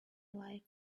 life